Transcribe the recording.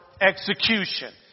execution